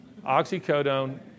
Oxycodone